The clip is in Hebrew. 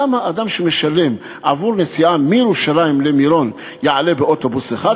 למה אדם שמשלם עבור נסיעה מירושלים למירון יעלה באוטובוס אחד,